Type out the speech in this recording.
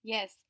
Yes